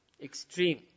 extreme